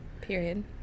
period